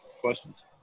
questions